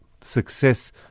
success